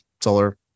solar